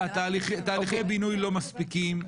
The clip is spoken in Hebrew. תהליכי בינוי לא מספיקים.